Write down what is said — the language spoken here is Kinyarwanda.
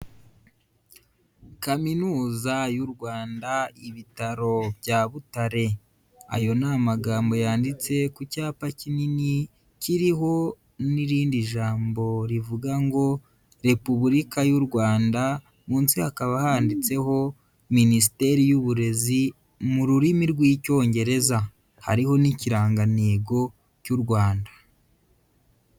Kaminuza y'u Rwanda, ibitaro bya Butare, ayo ni amagambo yanditse ku cyapa kinini kiriho n'irindi jambo rivuga ngo Repubulika y'u Rwanda, munsi hakaba handitseho Minisiteri y'Uburezi mu rurimi rw'Icyongereza, hariho n'ikirangantego cy'u Rwanda.